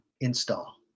install